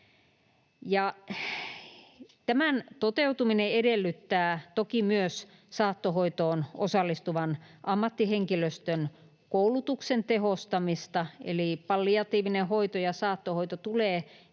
Tämän toteutuminen edellyttää toki myös saattohoitoon osallistuvan ammattihenkilöstön koulutuksen tehostamista, eli palliatiivinen hoito ja saattohoito tulee